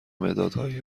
مدادهایی